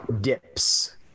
dips